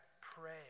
pray